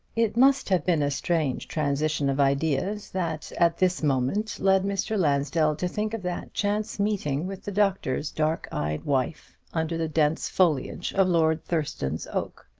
it must have been a strange transition of ideas that at this moment led mr. lansdell to think of that chance meeting with the doctor's dark-eyed wife under the dense foliage of lord thurston's oak.